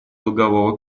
долгового